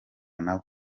nabo